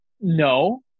No